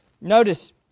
Notice